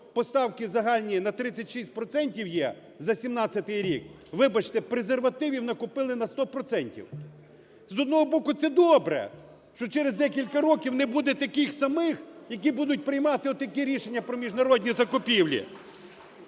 поставки загальні на 36 процентів є за 17-й рік, вибачте, презервативів накупили на сто процентів. З одного боку це добре, що через декілька років не буде таких самих, які будуть приймати отакі рішення про міжнародні закупівлі.